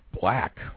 Black